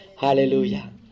hallelujah